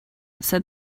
said